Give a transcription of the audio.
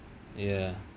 ya